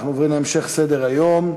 אנחנו עוברים להמשך סדר-היום.